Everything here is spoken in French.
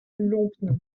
lompnes